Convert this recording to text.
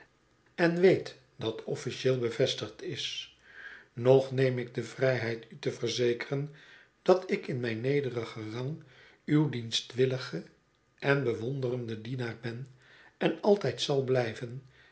en weet dat officieel bevestigd is nog neem ik de vrijheid u te verzekeren dat ik in mijn nederigen rang uw dienstwillige en bewonderende dienaar ben en altijd zal blijven